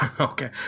Okay